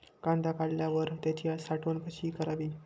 कांदा काढल्यावर त्याची साठवण कशी करावी?